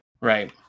Right